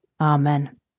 Amen